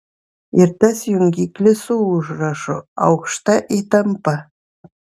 ir tas jungiklis su užrašu aukšta įtampa